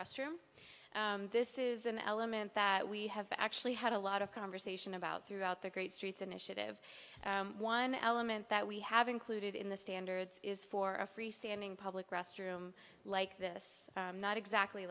restroom this is an element that we have actually had a lot of conversation about throughout the great streets initiative one element that we have included in the standards is for a freestanding public restroom like this not exactly